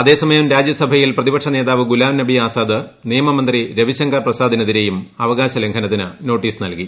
അതേസമയം രാജ്യസഭയിൽപ്രപ്തിപക്ഷ നേതാവ് ഗുലാം നബി ആസാദ് നിയമമന്ത്രി ർപ്പിശ്കർ പ്രസാദിനെതിരെയും അവകാശലംഘനത്തിന് നോട്ടീസ് നൽകി